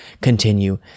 continue